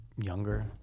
Younger